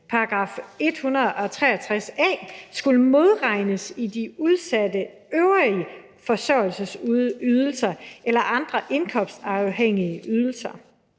§ 163 a skulle modregnes i de udsattes øvrige forsørgelsesydelser eller andre indkomstafhængige ydelser.